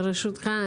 ברשותך,